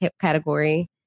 category